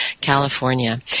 California